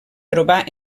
trobar